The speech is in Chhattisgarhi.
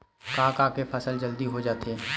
का का के फसल जल्दी हो जाथे?